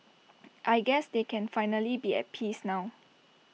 I guess they can finally be at peace now